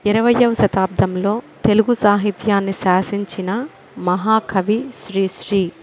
ఇరవైయవ శతాబ్దంలో తెలుగు సాహిత్యాన్ని శాసించిన మహాకవి శ్రీశ్రీ